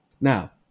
Now